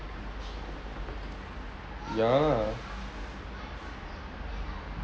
ya lah